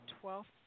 twelfth